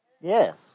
Yes